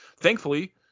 thankfully